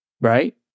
right